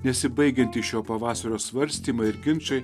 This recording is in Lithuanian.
nesibaigiantys šio pavasario svarstymai ir ginčai